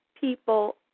people